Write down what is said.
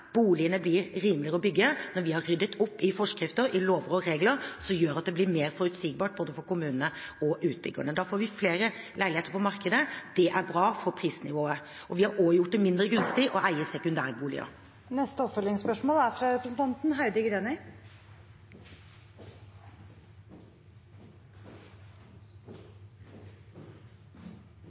Boligene blir rimeligere å bygge når vi har ryddet opp i forskrifter, lover og regler, som gjør at det blir mer forutsigbart både for kommunene og for utbyggerne. Da får vi flere leiligheter på markedet, og det er bra for prisnivået. Vi har også gjort det mindre gunstig å eie sekundærboliger. Heidi Greni – til oppfølgingsspørsmål. En utfordring er